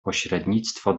pośrednictwo